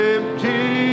Empty